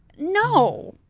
no,